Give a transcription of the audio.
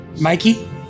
Mikey